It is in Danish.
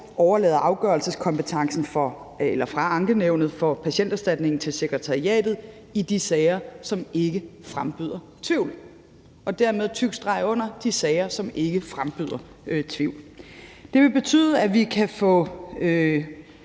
overlader afgørelseskompetencen fra Ankenævnet for Patienterstatningen til sekretariatet i de sager, som ikke fremkalder tvivl. Og det er dermed en tyk streg under »de sager, som ikke frembyder tvivl«. Det vil betyde, at vi kan få